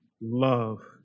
love